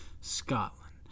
Scotland